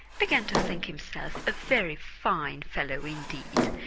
began to think himself a very fine fellow indeed,